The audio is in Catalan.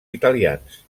italians